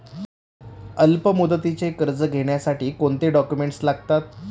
अल्पमुदतीचे कर्ज घेण्यासाठी कोणते डॉक्युमेंट्स लागतात?